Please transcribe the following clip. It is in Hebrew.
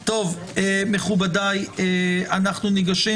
מכובדיי, אנחנו מצביעים